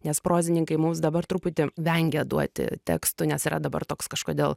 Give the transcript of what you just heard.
nes prozininkai mums dabar truputį vengia duoti tekstų nes yra dabar toks kažkodėl